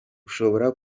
ushobora